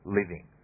living